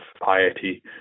piety